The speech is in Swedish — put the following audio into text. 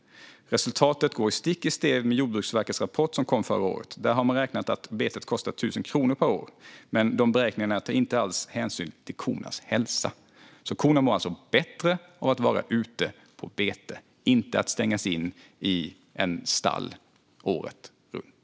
Resultatet går stick i stäv med Jordbruksverkets rapport som kom förra året. Där har man räknat fram att betet kostar bonden 1000 kronor per år men har i de beräkningarna inte alls tagit hänsyn till kornas hälsa." Korna mår alltså bättre av att vara ute på bete, inte av att stängas in i ett stall året runt.